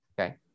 Okay